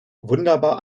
wunderbar